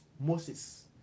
Moses